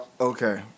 okay